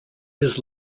his